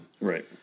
Right